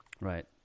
Right